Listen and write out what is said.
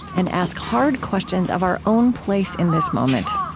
and ask hard questions of our own place in this moment.